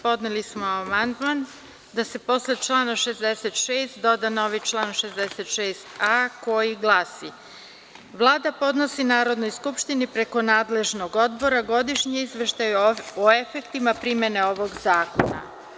Podneli smo amandman da se posle člana 66. doda novi član 66a, koji glasi: „Vlada podnosi Narodnoj skupštini preko nadležnog odbora godišnji izveštaj o efektima primene ovog zakona“